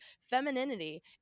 femininity